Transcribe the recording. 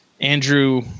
Andrew